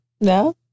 No